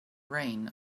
rain